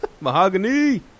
mahogany